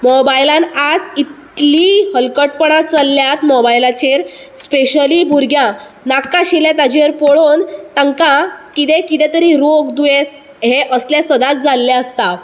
मोबायलान आयज इतली हलकटपणां चल्यात मोबायलाचेर स्पेशली भुरग्यांक नाका आशिल्ले ताजेर पळोवन तांकां कितें कितें तरी रोग दुयेंस हे असले सदांच जाल्ले आसता